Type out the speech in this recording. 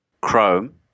Chrome